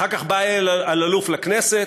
אחר כך בא אלי אלאלוף לכנסת,